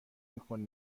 میکنه